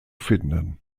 finden